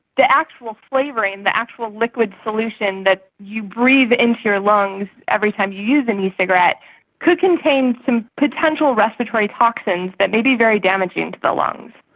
the actual flavouring, the actual liquid solution that you breathe into your lungs every time you use and an ecigarette could contain some potential respiratory toxins that may be very damaging to the lungs.